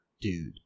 Dude